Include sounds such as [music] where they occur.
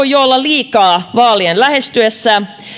[unintelligible] jo olla liikaa vaalien lähestyessä